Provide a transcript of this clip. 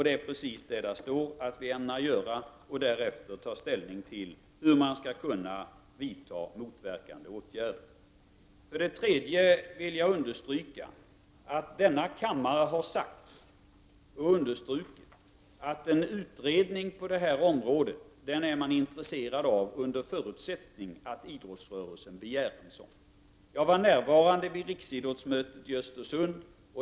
Det är just det som regeringen ämnar göra, och därefter skall den ta ställning till hur man skall kunna vidta motverkande åtgärder. För det tredje vill jag understryka att denna kammare har sagt att man är intresserad av en utredning på det här området under förutsättning att idrottsrörelsen begär en sådan. Jag var närvarande vid riksidrottsmötet i Östersund.